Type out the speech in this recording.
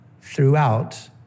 throughout